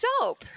soap